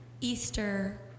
Easter